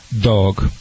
dog